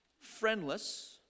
friendless